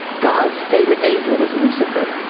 god's favorite angel was lucifer.